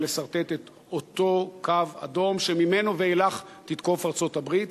לסרטט את אותו קו אדום שממנו ואילך תתקוף ארצות-הברית,